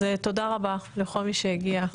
אז תודה רבה לכל מי שהגיע,